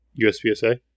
USPSA